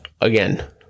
Again